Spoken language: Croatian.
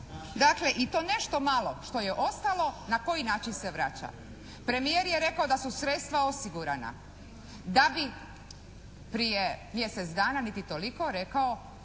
dakle i to nešto malo što je ostalo, na koji način se vraća. Premijer je rekao da su sredstva osigurana, da bi prije mjesec dana niti toliko rekao